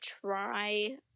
try